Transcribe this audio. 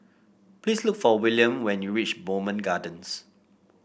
please look for Willam when you reach Bowmont Gardens